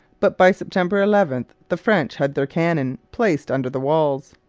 but by september eleven the french had their cannon placed under the walls.